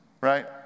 right